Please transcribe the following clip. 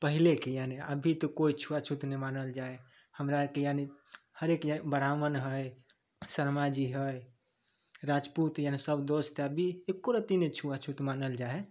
पहिलेके यानी अभी तऽ कोइ छुआछूत नहि मानल जाइ हइ हमरा आरके यानी हरेक ब्राह्मण हइ शर्माजी हइ राजपूत यानी सभ दोस्त हइ अभी एक्कोरत्ती नहि छुआछूत मानल जाइ हइ